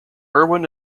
irwin